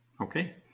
Okay